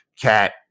Cat